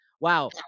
wow